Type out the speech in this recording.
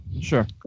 Sure